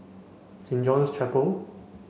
Saint John's Chapel